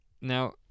now